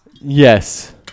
Yes